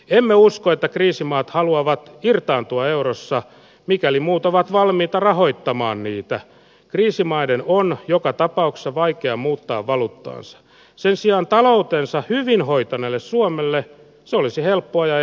emme usko että kriisimaat haluavat irtaantua eurossa mikäli muut ovat valmiita rahoittamaan niitä kriisimaiden on joka tapauksessa vaikea muuttaa valuttais sen sijaan taloutensa nännin voittaneelle suomelle se olisi helppoa